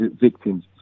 victims